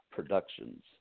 Productions